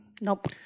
Nope